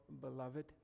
beloved